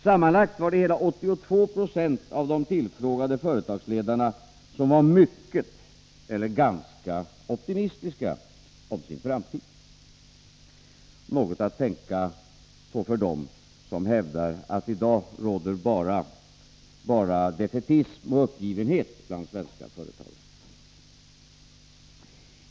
Sammanlagt var det hela 82 96 av de tillfrågade företagsledarna som var ”mycket” eller ”ganska” optimistiska om sin framtid. Det är något att tänka på för dem som hävdar att i dag råder bara defaitism och uppgivenhet bland svenska företagare.